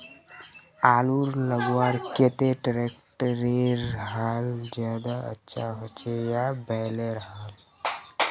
आलूर लगवार केते ट्रैक्टरेर हाल ज्यादा अच्छा होचे या बैलेर हाल?